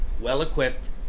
well-equipped